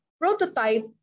Prototype